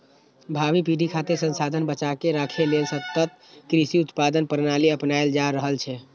भावी पीढ़ी खातिर संसाधन बचाके राखै लेल सतत कृषि उत्पादन प्रणाली अपनाएल जा रहल छै